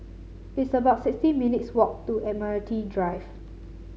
it's about sixty minutes walk to Admiralty Drive